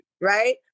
Right